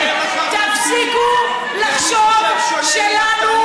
תפסיקו לחשוב שלנו,